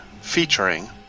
featuring